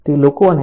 તે લોકોને